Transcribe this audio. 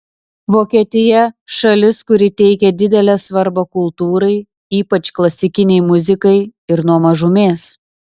vokietija šalis kuri teikia didelę svarbą kultūrai ypač klasikinei muzikai ir nuo mažumės